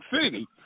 City